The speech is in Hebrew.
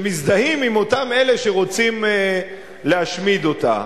שמזדהים עם אותם אלה שרוצים להשמיד אותה.